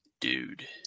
Dude